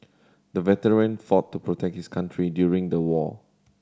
the veteran fought to protect his country during the war